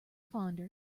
fonder